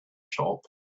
shop